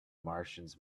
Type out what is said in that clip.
martians